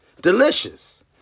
delicious